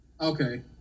Okay